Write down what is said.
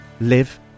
live